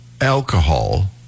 alcohol